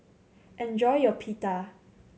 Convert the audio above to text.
enjoy your Pita